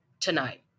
tonight